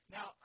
Now